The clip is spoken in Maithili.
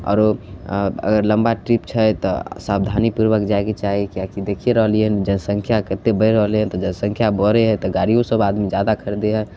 आओर अगर लम्बा ट्रिप छै तऽ सावधानीपूर्वक जाइके चाही किएकि देखिए रहलिए हँ जनसंख्या कतेक बढ़ि रहलै हँ तऽ जनसंख्या बढ़ै हइ तऽ गाड़िओसब आदमी जादा खरिदै हइ